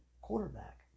quarterback